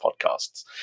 podcasts